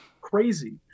crazy